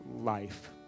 life